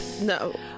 No